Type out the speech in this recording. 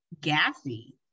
gassy